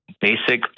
basic